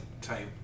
type